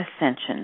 Ascension